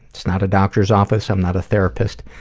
it's not a doctor's office. i'm not a therapist.